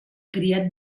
criat